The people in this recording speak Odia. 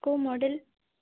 କୋଉ ମଡ଼େଲ୍